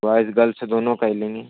boys girls दोनों का ही लेंगी